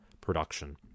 production